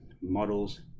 models